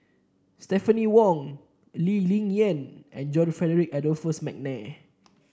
Stephanie Wong Lee Ling Yen and John Frederick Adolphus McNair